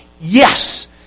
Yes